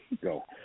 Go